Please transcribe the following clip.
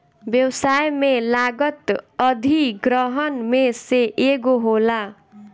व्यवसाय में लागत अधिग्रहण में से एगो होला